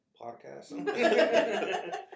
podcast